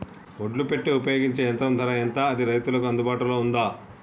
ఒడ్లు పెట్టే ఉపయోగించే యంత్రం ధర ఎంత అది రైతులకు అందుబాటులో ఉందా?